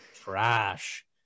Trash